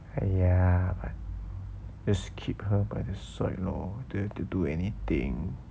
!aiya! just keep her by the side lor don't have to do anything